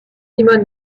simone